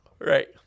Right